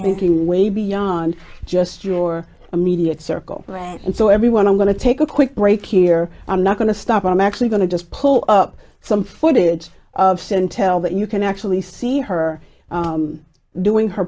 thinking way beyond just your immediate circle right and so everyone i'm going to take a quick break here i'm not going to stop i'm actually going to just pull up some footage of sin tell that you can actually see her doing her